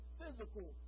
physical